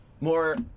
more